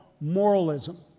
moralism